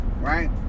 right